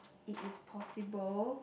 it is possible